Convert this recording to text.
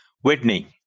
Whitney